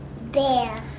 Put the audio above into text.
Bear